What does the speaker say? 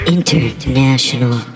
International